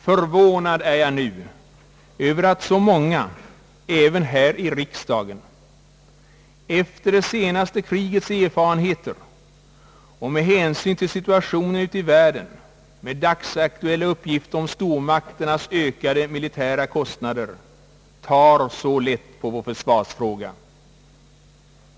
Förvånad är jag nu över att, efter det senaste krigets erfarenheter, med hänsyn till situationen ute i världen och de dagsaktuella uppgifterna om stormakternas ökade militära kostnader, så många, även här i riksdagen, tar så lätt på vår försvarsfråga.